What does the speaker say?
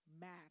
Matter